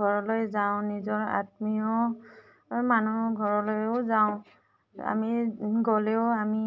ঘৰলৈ যাওঁ নিজৰ আত্মীয় মানুহৰ ঘৰলৈয়ো যাওঁ আমি গ'লেও আমি